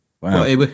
Wow